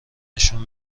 نشون